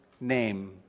name